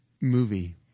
Movie